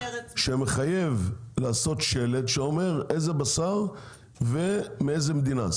שמחייב לעשות שלט שאומר איזה בשר ומאיזה מדינה,